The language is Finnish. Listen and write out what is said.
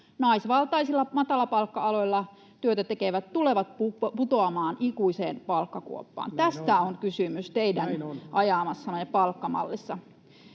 naisvaltaisilla matalapalkka-aloilla työtä tekevät tulevat putoamaan ikuiseen palkkakuoppaan. Tästä on kysymys teidän ajamassanne palkkamallissa.